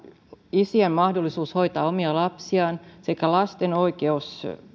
isien mahdollisuus hoitaa omia lapsiaan sekä lasten oikeus